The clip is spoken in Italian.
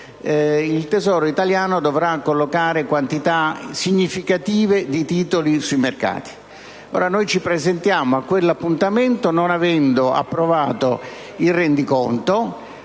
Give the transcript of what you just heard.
il Tesoro italiano dovrà collocare quantità significative di titoli sui mercati. Noi ci presentiamo a quell'appuntamento non avendo approvato il rendiconto,